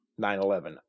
9-11